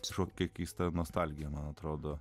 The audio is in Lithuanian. su tokia keista nostalgija man atrodo